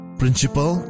principal